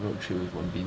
the oak tree with wen bin